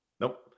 nope